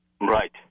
right